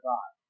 God